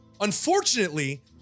Unfortunately